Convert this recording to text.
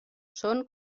són